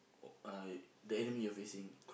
uh the enemy you're facing